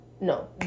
no